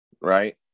right